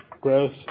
growth